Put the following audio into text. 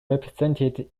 represented